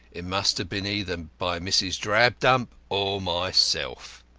it must have been either by mrs. drabdump or myself.